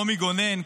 רומי גונן,